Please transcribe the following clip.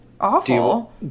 awful